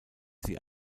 sie